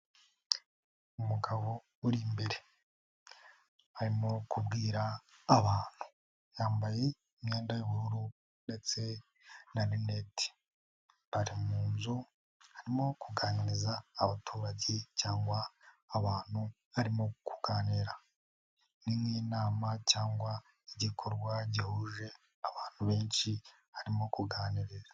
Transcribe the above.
Umugabo uri imbere, arimo kubwira abantu, yambaye imyenda y'ubururu ndetse na rinete, bari mu nzu harimo kuganiriza abaturage, cyangwa abantu barimo kuganira nk'inama cyangwa igikorwa gihuje abantu benshi arimo kuganiriza.